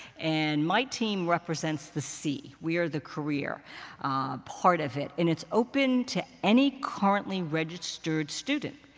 and my team represents the c. we are the career part of it. and it's open to any currently registered student.